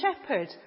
shepherd